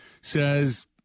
says